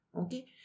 Okay